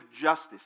justice